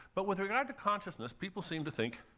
but with regard to consciousness, people seem to think,